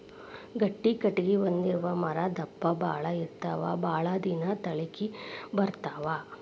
ಗಟ್ಟಿ ಕಟಗಿ ಹೊಂದಿರು ಮರಾ ದಪ್ಪ ಬಾಳ ಇರತಾವ ಬಾಳದಿನಾ ತಾಳಕಿ ಬರತಾವ